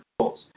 goals